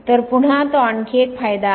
तर पुन्हा तो आणखी एक फायदा आहे